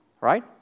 Right